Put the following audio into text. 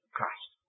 Christ